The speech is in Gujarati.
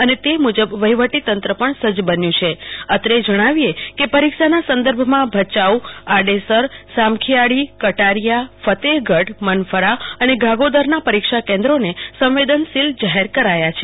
અને તે મુજબ વફીવટી તંત્ર પણ સજ્જ બન્યું છે અત્રે જણાવીએ કે પરીક્ષાના સંદર્ભમાં ભચાઉ આડેસર સામખીયાળી કટારીયા ફતેહગઢ મનફરા અને ગાગોદર ના પરીક્ષા કેન્દ્રોને સંવેદનશીલ જાહેર કરાયા છે